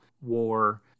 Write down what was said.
war